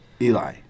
Eli